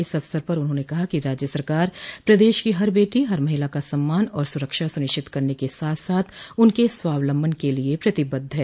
इस अवसर पर उन्होंने कहा कि राज्य सरकार प्रदेश की हर बेटी हर महिला का सम्मान और सुरक्षा सुनिश्चित करने के साथ साथ उनके स्वावलम्बन के लिए प्रतिबद्ध है